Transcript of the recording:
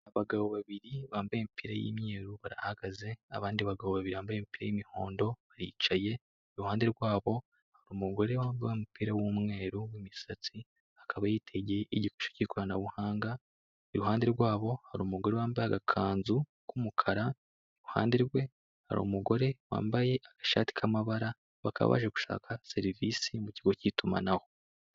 Abagabo babiri bambaye imipira y'imyeru barahagaze, abandi bagabo babiri bambaye imipira y'umuhondo baricaye, iruhande rwabo hari umugore wambaye umupira w'umweru, w'imisatsi, akaba yitegeye igikoresho cy'ikoranabuhanga, iruhande rwabo hari umugore wambaye agakanzu k'umukara, iruhande rwe hari umugore wambaye agashati k'amabara, bakaba baje gushaka serivisi mu kigo cy'itumanaho.